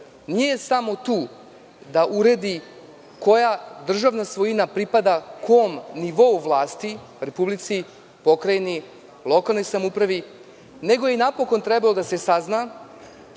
nije samo tu da uredi koja državna svojina pripada kom nivou vlasti, republici, pokrajini, lokalnoj samoupravi, nego je i napokon trebalo da se sazna